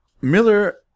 Miller